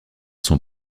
son